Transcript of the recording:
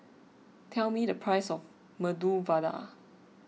tell me the price of Medu Vada